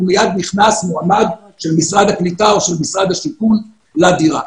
ומייד נכנס מועמד של משרד הקליטה או של משרד השיכון לדירה.